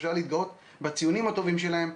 שאפשר להתגאות בציונים הטובים שלהם,